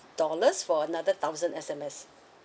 dollars for another thousand S_M_S